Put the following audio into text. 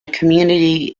community